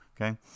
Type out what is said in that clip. okay